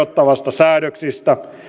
säädöksistä